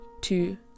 Two